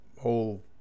whole